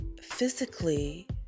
physically